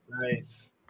Nice